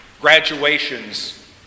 graduations